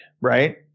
right